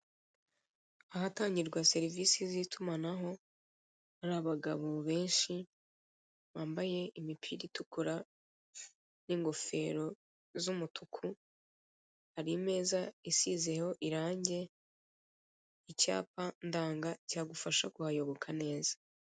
Ahatangirwa serivise z'itumanaho hari abagabo benshi bambaye imipira itukura, n'ingofero z'umutuku, hari imeza isizeho irange, icyapa ndanga cyagufasha kuhayoboka neza.